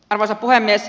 arvoisa puhemies